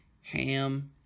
ham